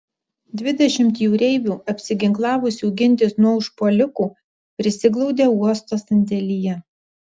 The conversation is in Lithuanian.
dvidešimt jūreivių apsiginklavusių gintis nuo užpuolikų prisiglaudė uosto sandėlyje